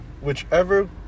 Whichever